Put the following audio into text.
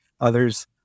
others